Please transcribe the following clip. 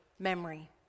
memory